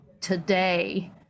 today